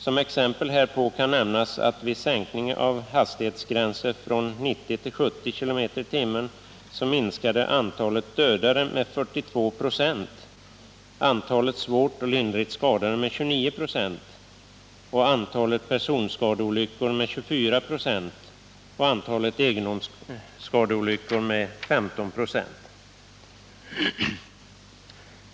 Som exempel härpå kan nämnas att vid sänkning av hastighetsgränser från 90 till 70 km/tim minskade antalet dödade med 42 96, antalet svårt och lindrigt skadade med 29 96, antalet personskadeolyckor med 24 96 och antalet egendomsskadeolyckor med 15 96.